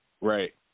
Right